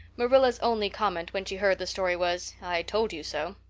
marilla's only comment when she heard the story was, i told you so.